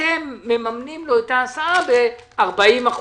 אתם מממנים לו את ההסעה ב-40%